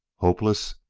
hopeless!